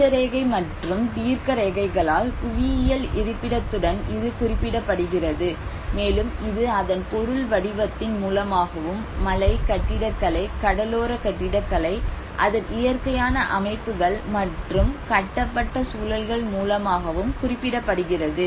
அட்சரேகை மற்றும் தீர்க்கரேகைகளால் புவியியல் இருப்பிடத்துடன் இது குறிப்பிடப்படுகிறது மேலும் இது அதன் பொருள் வடிவத்தின் மூலமாகவும் மலை கட்டிடக்கலை கடலோர கட்டிடக்கலை அதன் இயற்கையான அமைப்புகள் மற்றும் கட்டப்பட்ட சூழல்கள் மூலமாகவும் குறிப்பிடப்படுகிறது